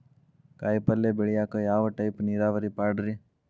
ಕಾಯಿಪಲ್ಯ ಬೆಳಿಯಾಕ ಯಾವ ಟೈಪ್ ನೇರಾವರಿ ಪಾಡ್ರೇ?